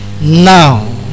Now